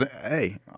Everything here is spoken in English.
Hey